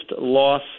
loss